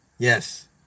Yes